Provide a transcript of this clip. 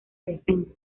defensa